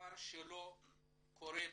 דבר שלא קורה בפועל.